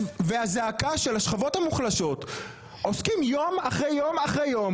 והזעקה של השכבות המוחלשות עוסקים יום אחרי יום אחרי יום